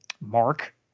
Mark